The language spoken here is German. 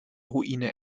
ruine